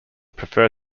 prefer